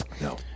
No